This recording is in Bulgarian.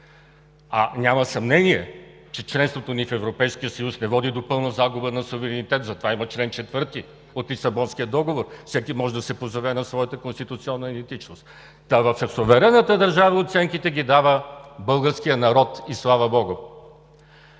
няма съмнение, че членството ни в Европейския съюз не води до пълна загуба на суверенитет – затова има чл. 4 от Лисабонския договор, всеки може да се позове на своята конституционна идентичност – в суверенната държава оценките ги дава българският народ, и слава богу.